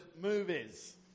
movies